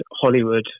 Hollywood